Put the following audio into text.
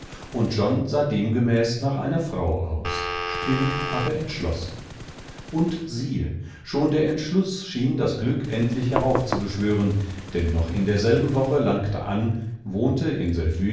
und john sah demgemäß nach einer frau aus still aber entschlossen und siehe schon der entschluß schien das glück endlich heraufzubeschwören denn noch in derselben woche langte an wohnte